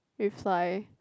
reply